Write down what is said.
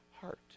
heart